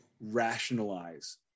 rationalize